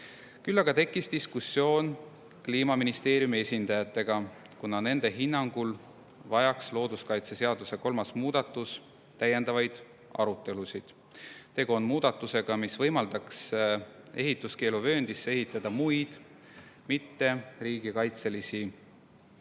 Küll aga tekkis diskussioon Kliimaministeeriumi esindajatega, kuna nende hinnangul vajaks looduskaitseseaduse kolmas muudatus täiendavaid arutelusid. Tegu on muudatusega, mis võimaldaks ehituskeeluvööndisse ehitada muid, mitteriigikaitselisi ehitisi